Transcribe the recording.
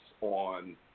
on